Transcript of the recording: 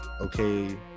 Okay